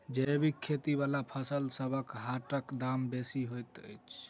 जैबिक खेती बला फसलसबक हाटक दाम बेसी होइत छी